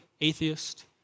atheist